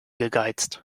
gegeizt